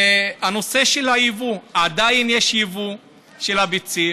הנושא של היבוא: עדיין יש יבוא של הביצים,